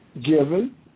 given